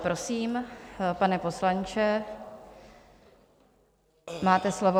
Prosím, pane poslanče, máte slovo.